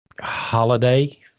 holiday